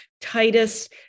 Titus